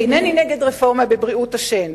אינני נגד רפורמה בבריאות השן,